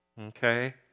Okay